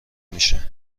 میشه